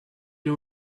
you